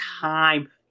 time